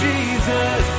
Jesus